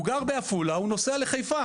הוא גר בעפולה, הוא נוסע לחיפה.